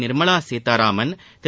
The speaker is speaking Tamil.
நிர்மலா சீத்தாராமன் திரு